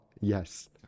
Yes